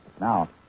Now